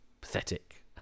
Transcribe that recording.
pathetic